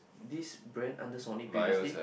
this brand under Sony previously